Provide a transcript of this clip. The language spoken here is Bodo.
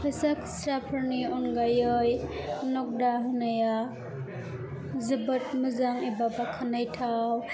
फैसा खुस्राफोरनि अनगायै नग्दा होनाया जोबोद मोजां एबा बाख्नायथाव